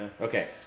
Okay